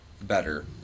better